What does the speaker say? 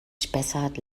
spessart